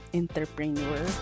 entrepreneur